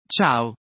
Ciao